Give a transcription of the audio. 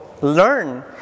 learn